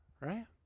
Right